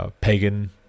pagan